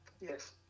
Yes